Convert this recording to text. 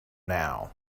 now